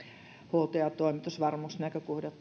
huolto ja toimitusvarmuusnäkökohdat